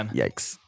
yikes